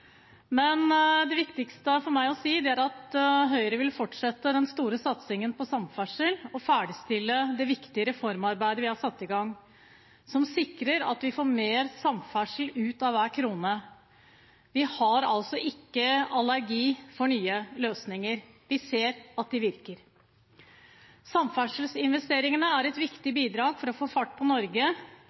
Men det viktigste for meg å si er at Høyre vil fortsette den store satsingen på samferdsel og ferdigstille det viktige reformarbeidet vi har satt i gang, som sikrer at vi får mer samferdsel ut av hver krone. Vi har altså ikke allergi for nye løsninger, vi ser at de virker. Samferdselsinvesteringene er et viktig bidrag for å få fart på Norge,